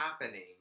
happening